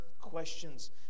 questions